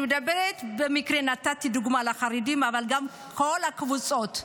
במקרה נתתי דוגמה את החרדים, אבל גם כל הקבוצות.